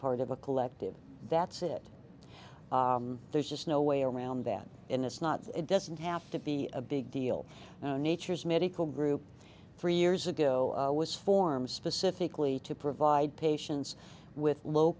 part of a collective that's it there's just no way around that innes not it doesn't have to be a big deal nature's medical group three years ago was formed specifically to provide patients with low